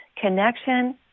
Connection